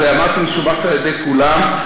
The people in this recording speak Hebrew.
אז אמרתי: משובחת על-ידי כולם.